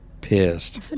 pissed